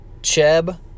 Cheb